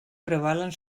prevalen